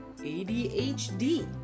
ADHD